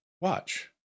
watch